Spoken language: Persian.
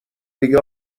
دیگه